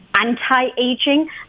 anti-aging